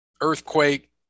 Earthquake